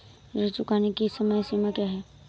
ऋण चुकाने की समय सीमा क्या है?